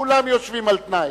כולם יושבים על תנאי.